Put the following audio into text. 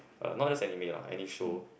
uh not just anime lah any show